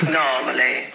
normally